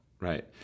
Right